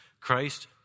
Christ